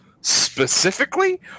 specifically